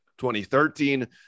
2013